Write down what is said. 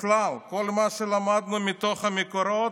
בכלל, מכל מה שלמדנו מתוך המקורות,